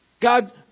God